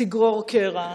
תגרור קרע,